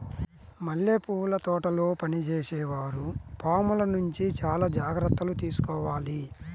మల్లెపూల తోటల్లో పనిచేసే వారు పాముల నుంచి చాలా జాగ్రత్తలు తీసుకోవాలి